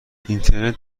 اینترنت